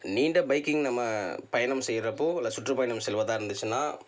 நீண்ட பைக்கிங் நம்ம பயணம் செய்யறப்போ இல்லை சுற்றுப்பயணம் செல்வதாக இருந்துச்சுன்னா